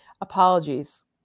Apologies